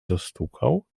zastukał